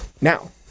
Now